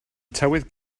tywydd